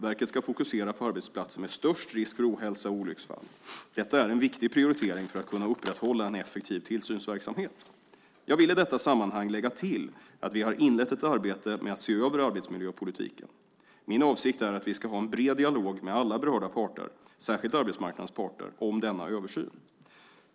Verket ska fokusera på arbetsplatser med störst risk för ohälsa och olycksfall. Detta är en viktig prioritering för att kunna upprätthålla en effektiv tillsynsverksamhet. Jag vill i detta sammanhang lägga till att vi har inlett ett arbete med att se över arbetsmiljöpolitiken. Min avsikt är att vi ska ha en bred dialog med alla berörda parter, särskilt arbetsmarknadens parter, om denna översyn.